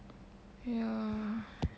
ya